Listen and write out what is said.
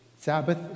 Sabbath